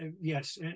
yes